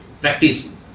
practice